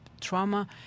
trauma